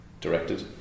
directed